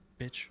Bitch